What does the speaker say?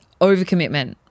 overcommitment